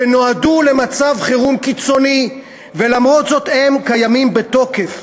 שנועדו למצב חירום קיצוני, ולמרות זאת הם בתוקף.